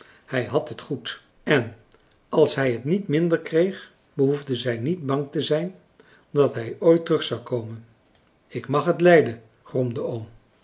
hij had het goed en als hij het niet minder kreeg behoefde zij niet bang te zijn dat hij ooit terug zou komen ik mag het lijden gromfrançois